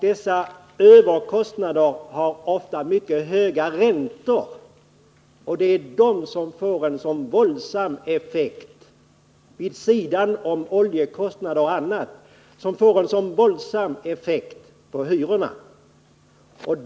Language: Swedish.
Dessa överkostnader betalas med lån som ofta har mycket höga räntor, och det är dessa, vid sidan om oljekostnader och annat, som får en sådan våldsam effekt på hyrorna.